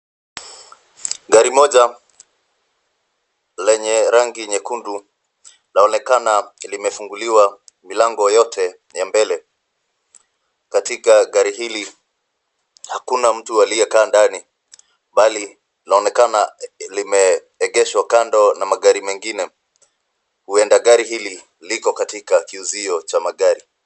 Gari moja lenye rangi nyekundu laonekana limefunguliwa milango yote ya mbele. Katika gari hili hakuna mtu aliyekaa ndani bali laonekana limeegeshwa kando na magari mengine. Huenda gari hili liko katika kiuzio cha magari.